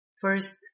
First